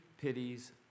pities